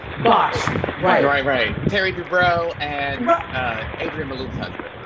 botched, right. right, right. terry dubrow and adrienne maloof's husband.